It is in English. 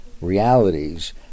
realities